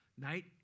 night